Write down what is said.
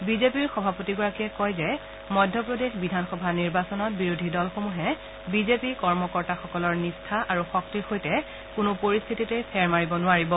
বিজেপিৰ সভাপতিগৰাকীয়ে কয় যে মধ্যপ্ৰদেশ বিধানসভা নিৰ্বাচনত বিৰোধী দলসমূহে বিজেপি কৰ্মকৰ্তাসকলৰ নিষ্ঠা আৰু শক্তিৰ সৈতে কোনো পৰিস্থিতিতেই ফেৰ মাৰিব নোৱাৰিব